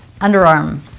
Underarm